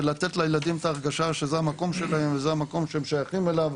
ולתת לילדים את ההרגשה שזה המקום שלהם וזה המקום שהם שייכים אליו.